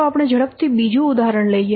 ચાલો આપણે ઝડપથી બીજું ઉદાહરણ લઈએ